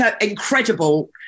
incredible